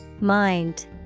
Mind